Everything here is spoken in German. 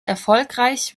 erfolgreich